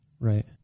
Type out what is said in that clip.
Right